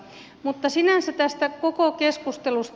sinänsä tästä koko keskustelusta